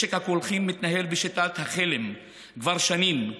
משק הקולחים מתנהל בשיטת החלם כבר שנים,